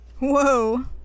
Whoa